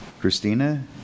Christina